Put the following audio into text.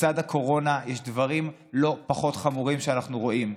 לצד הקורונה יש דברים לא פחות חמורים שאנחנו רואים,